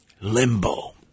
Limbo